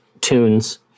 tunes